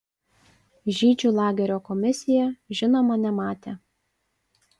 žydžių lagerio komisija žinoma nematė